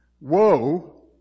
woe